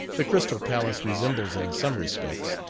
the crystal palace resembles in some respects,